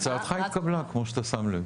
הצעתך התקבלה, כמו שאתה שם לב.